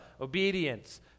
obedience